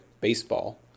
baseball